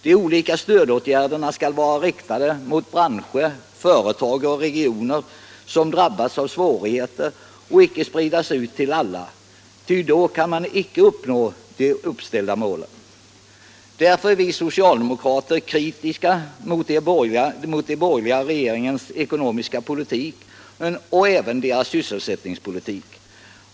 De olika stödåtgärderna skall vara inriktade på branscher, företag och regioner som drabbas av svårigheter och icke spridas ut till alla, ty då kan man inte uppnå de uppställda målen. Därför är vi socialdemokrater kritiska mot den borgerliga regeringens ekonomiska politik och även mot dess sysselsättningspolitik.